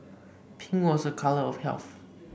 pink was a colour of health